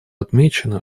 отмечено